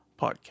Podcast